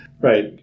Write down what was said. Right